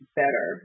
better